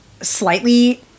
slightly